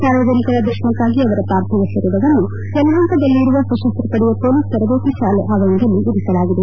ಸಾರ್ವಜನಿಕರ ದರ್ಶನಕ್ಕಾಗಿ ಅವರ ಪಾರ್ಥಿವ ಶರೀರವನ್ನು ಯಲಹಂಕದಲ್ಲಿರುವ ಸಶಸ್ತಪಡೆಯ ಪೊಲೀಸ್ ತರಬೇತಿ ಶಾಲೆಯ ಆವರಣದಲ್ಲಿ ಇರಿಸಲಾಗಿದೆ